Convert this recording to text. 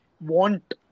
want